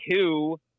two